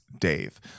Dave